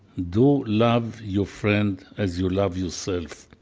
do love your friend as you love yourself.